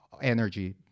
energy